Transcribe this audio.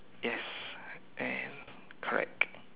yes and correct